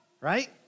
Right